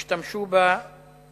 השתמשו בו